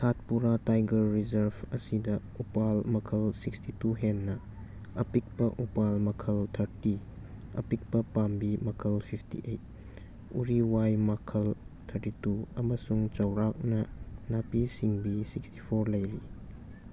Satpura tiger reserve ꯑꯁꯤꯗ ꯎꯄꯥꯜ ꯃꯈꯜ ꯁꯤꯛꯁꯇꯤ ꯇꯨ ꯍꯦꯟꯅ ꯑꯄꯤꯛꯄ ꯎꯄꯥꯜ ꯃꯈꯜ ꯊꯥꯔꯇꯤ ꯑꯄꯤꯛꯄ ꯄꯥꯝꯕꯤ ꯃꯈꯜ ꯐꯤꯞꯇꯤ ꯑꯩꯠ ꯎꯔꯤ ꯋꯥꯏ ꯃꯈꯜ ꯊꯥꯔꯇꯤ ꯇꯨ ꯑꯃꯁꯨꯡ ꯆꯥꯎꯔꯥꯛꯅ ꯅꯥꯄꯤ ꯁꯤꯡꯕꯤ ꯁꯤꯛꯁꯇꯤ ꯐꯣꯔ ꯂꯩꯔꯤ